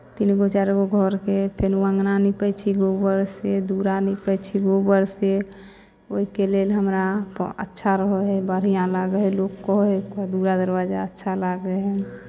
तीन गो चारि गो घरके फेरो अङना नीपै छी गोबरसँ दुअरा नीपै छी गोबरसँ ओहिके लेल हमरा प् अच्छा रहै हइ बढ़िआँ लागै हइ लोक कहै हइ ओकर दुअरा दरवज्जा अच्छा लागै हइ